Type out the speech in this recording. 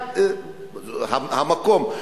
המקום,